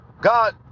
God